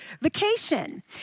vacation